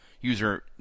user